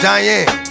Diane